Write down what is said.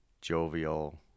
jovial